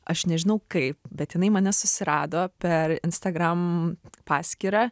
aš nežinau kaip bet jinai mane susirado per instagram paskyrą